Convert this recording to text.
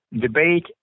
Debate